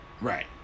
right